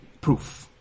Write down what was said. proof